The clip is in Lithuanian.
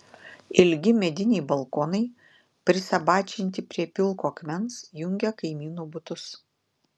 ilgi mediniai balkonai prisabačinti prie pilko akmens jungia kaimynų butus